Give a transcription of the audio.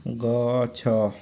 ଗଛ